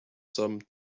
some